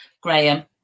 graham